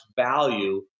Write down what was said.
value